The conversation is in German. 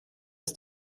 ist